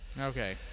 Okay